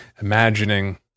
imagining